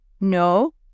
No